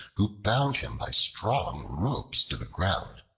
who bound him by strong ropes to the ground.